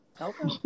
Okay